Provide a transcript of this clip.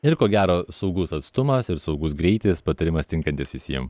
ir ko gero saugus atstumas ir saugus greitis patarimas tinkantis visiem